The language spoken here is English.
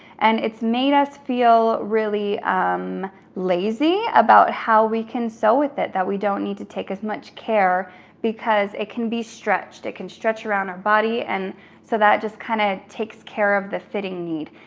and it's made us feel really lazy about how we can sow with it that we don't need to take as much care because it can be stretched. it can stretch around our body and so that just kind of takes care of the fitting need.